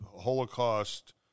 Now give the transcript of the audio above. Holocaust